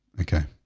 okay,